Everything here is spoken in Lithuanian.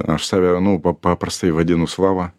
aš save nu pa paprastai vadinu slava